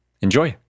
Enjoy